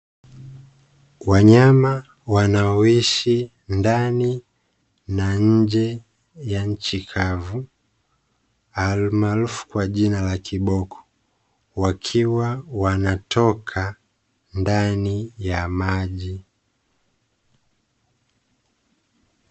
Wanyama wanao ishi ndani na nje ya nchi kavu ali maarufu kwa jina la kiboko, wakiwa wanatoka ndani ya maji.